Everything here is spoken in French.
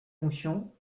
fonctions